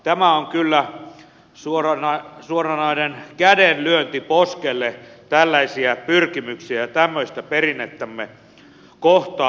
tämä on kyllä suoranainen käden lyönti poskelle tällaisia pyrkimyksiä ja tämmöistä perinnettämme kohtaan